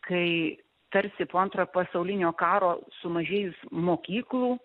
kai tarsi po antro pasaulinio karo sumažėjus mokyklų